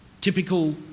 Typical